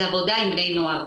זה עבודה עם בני נוער.